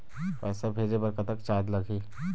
पैसा भेजे बर कतक चार्ज लगही?